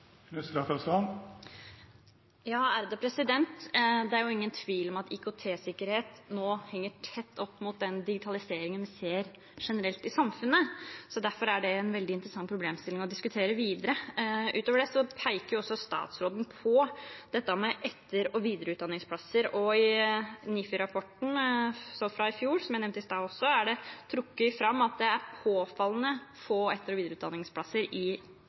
Det er ingen tvil om at IKT-sikkerhet henger tett sammen med den digitaliseringen vi ser generelt i samfunnet. Derfor er det en veldig interessant problemstilling å diskutere videre. Utover det peker jo også statsråden på etter- og videreutdanningsplasser. I NIFU-rapporten fra i fjor, som jeg nevnte i stad, er det trukket fram at det er påfallende få etter- og videreutdanningsplasser